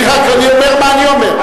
אני רק אומר מה אני אומר,